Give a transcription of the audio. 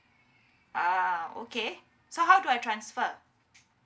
ah okay so how do I transfer